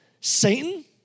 Satan